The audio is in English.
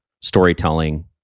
storytelling